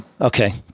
Okay